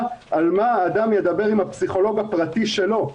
על מה אדם ידבר עם הפסיכולוג הפרטי שלו.